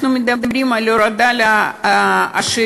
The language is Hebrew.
אנחנו מדברים על הורדה לעשירים,